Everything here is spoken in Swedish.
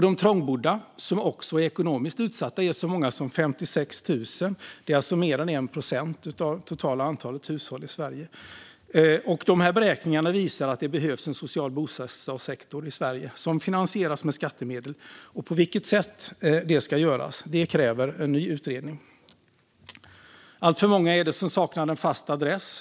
De trångbodda som också är ekonomiskt utsatta är så många som 56 000. Det är mer än 1 procent av det totala antalet hushåll i Sverige. Beräkningarna som gjorts visar att det behövs en social bostadssektor i Sverige som finansieras med skattemedel. På vilket sätt det ska göras kräver en ny utredning. Alltför många saknar en fast adress.